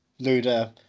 Luda